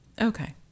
Okay